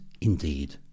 indeed